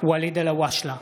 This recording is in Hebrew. ואליד אלהואשלה,